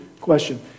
question